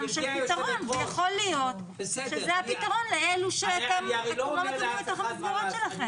יכול להיות שזה הפתרון לאלה שאתם לא מקבלים לתוך המסגרות שלכם.